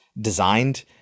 Designed